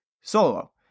Solo